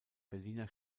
berliner